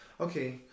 Okay